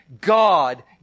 God